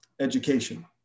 education